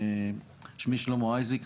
שמי שלמה אייזיק,